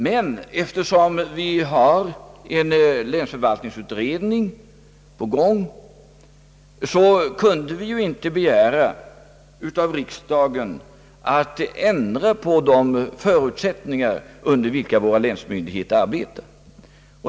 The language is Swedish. Men eftersom vi har en länsförvaltningsutredning på gång, kunde vi ju inte begära av riksdagen att ändra på de förutsättningar under vilka våra länsmyndigheter arbetar.